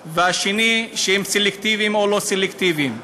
2. שהם סלקטיביים או לא-סלקטיביים.